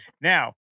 Now